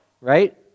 right